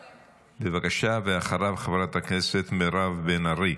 בבקשה, ואחריו, חברת הכנסת מירב בן ארי.